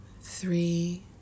three